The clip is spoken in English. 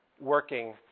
working